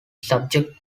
subject